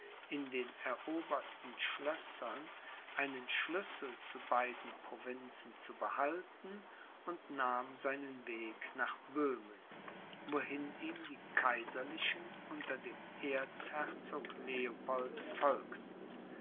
in den eroberten schlössern einen schlüssel zu beiden provinzen zu behalten und nahm seinen weg nach böhmen wohin ihm die kaiserlichen unter dem erzherzog leopold folgten